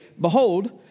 Behold